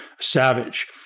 savage